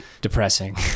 Depressing